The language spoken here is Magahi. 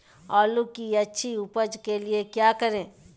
आलू की अच्छी उपज के लिए क्या करें?